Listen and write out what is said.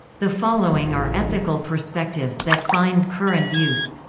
the following are ethical perspectives that find current use.